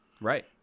Right